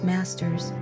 Masters